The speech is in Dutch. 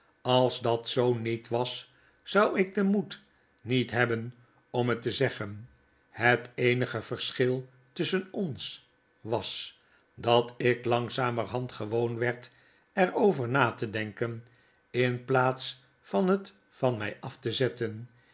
als dat zoo niet was zou ik den moed niet hebben om het te zeggen het eenige verschil tusschen ons was dat ik langzamerhand gewoon werd er over na te denken in plaats van het van my af te zetten